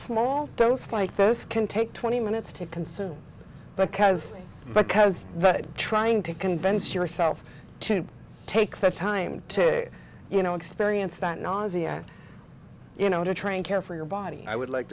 small dose like this can take twenty minutes to consume but because because but trying to convince yourself to take the time to you know experience that nausea you know to try and care for your body i would like